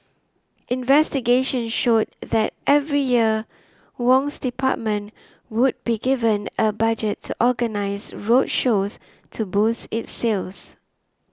investigation showed that every year Wong's department would be given a budget to organise road shows to boost its sales